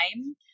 time